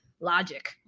logic